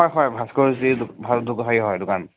হয় হয় ভাস্কৰজ্যোতি ভাল হেৰি হয় দোকান